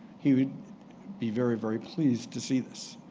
he would be very, very pleased to see this.